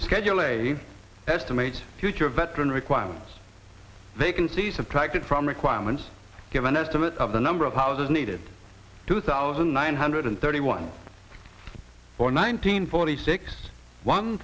schedule estimate future veteran requirements they can see subtracted from requirements give an estimate of the number of houses needed two thousand nine hundred thirty one for nineteen forty six one